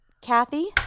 Kathy